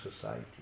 society